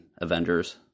Avengers